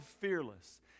fearless